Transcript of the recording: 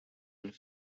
and